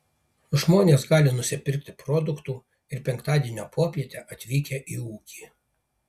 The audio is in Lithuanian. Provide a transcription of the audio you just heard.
žmonės gali nusipirkti produktų ir penktadienio popietę atvykę į ūkį